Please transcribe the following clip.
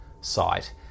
site